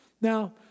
Now